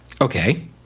Okay